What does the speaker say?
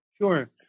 Sure